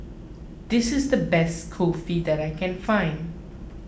this is the best Kulfi that I can find